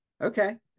Okay